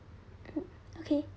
mm okay